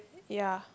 ya